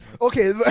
Okay